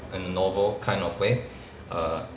a novel kind of way err